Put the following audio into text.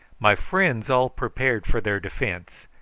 my friends all prepared for their defence,